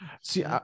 See